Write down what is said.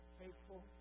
faithful